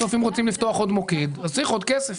בסוף אם רוצים לפתוח עוד מוקד, צריך עוד כסף.